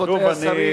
רבותי השרים.